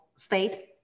State